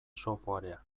softwarea